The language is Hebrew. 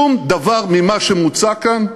שום דבר ממה שמוצע כאן,